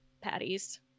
patties